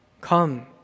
come